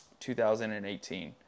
2018